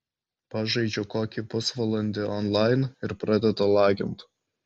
pažaidžiu kokį pusvalandi onlain ir pradeda lagint